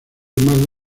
más